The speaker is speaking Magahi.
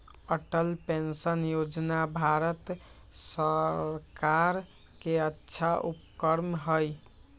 अटल पेंशन योजना भारत सर्कार के अच्छा उपक्रम हई